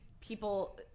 people